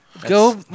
Go